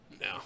No